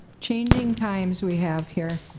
changing times we have here.